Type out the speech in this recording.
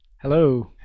Hello